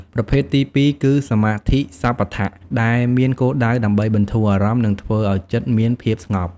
ប្រភេទទីពីរគឺ សមាធិសមថៈ ដែលមានគោលដៅដើម្បីបន្ធូរអារម្មណ៍និងធ្វើឱ្យចិត្តមានភាពស្ងប់។